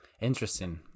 Interesting